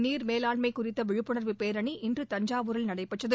நீர் மேலாண்மை குறித்த விழிப்புணர்வு பேரணி இன்று தஞ்சாவூரில் நடைபெற்றது